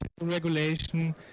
regulation